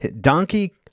donkey